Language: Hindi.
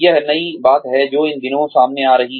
यह नई बात है जो इन दिनों सामने आ रही है